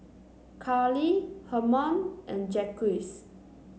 Carlee Hermon and Jacquez